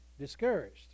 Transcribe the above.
discouraged